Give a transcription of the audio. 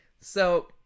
So-